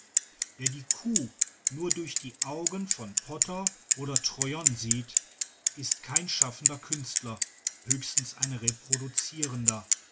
wer die kuh nur durch die augen von potter oder troyon sieht ist kein schaffender künstler höchstens ein